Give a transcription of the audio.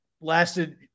lasted